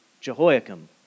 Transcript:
Jehoiakim